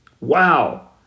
Wow